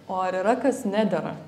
o ar yra kas nedera